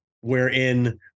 wherein